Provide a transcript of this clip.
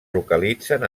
localitzen